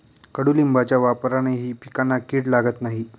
कडुलिंबाच्या वापरानेही पिकांना कीड लागत नाही